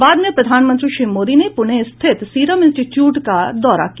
बाद में प्रधानमंत्री श्री मोदी ने पुणे स्थित सीरम इन्स्टीट्यूट का दौरा किया